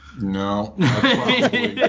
no